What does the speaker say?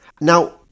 Now